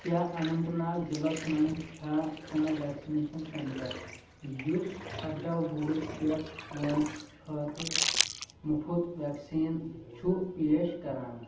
کیٛاہ اَننٛت ناگ ضلعس مَنٛز چھا کانٛہہ ویکسِنیشن سینٹر یُس اَرداہ وُہُر پٮ۪ٹھ وٲنٛسہِ خٲطرٕ مُفُت ویکسیٖن چھُ پیش کران